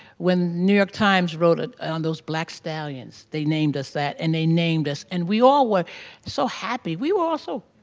when new york times wrote ah on those black stallions they named us that and they named us. and we all were so happy we were also,